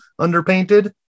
underpainted